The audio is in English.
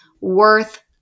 worth